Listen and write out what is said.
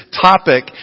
topic